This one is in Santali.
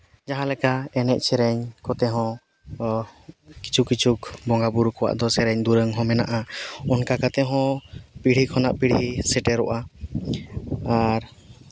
ᱡᱟᱦᱟᱸᱞᱮᱠᱟ ᱮᱱᱮᱡ ᱥᱮᱨᱮᱧ ᱠᱚᱛᱮᱦᱚᱸ ᱠᱤᱪᱷᱩ ᱠᱤᱪᱷᱩ ᱵᱚᱸᱜᱟᱼᱵᱩᱨᱩ ᱠᱚᱣᱟᱜ ᱫᱚ ᱥᱮᱨᱮᱧ ᱫᱩᱨᱟᱹᱝ ᱦᱚᱸ ᱢᱮᱱᱟᱜᱼᱟ ᱚᱱᱠᱟ ᱠᱟᱛᱮᱫ ᱦᱚᱸ ᱯᱤᱲᱦᱤ ᱠᱷᱚᱱᱟ ᱯᱤᱲᱦᱤ ᱥᱮᱴᱮᱨᱚᱜᱼᱟ ᱟᱨ